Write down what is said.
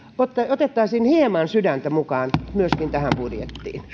otettaisiin hieman sydäntä mukaan myöskin tähän budjettiin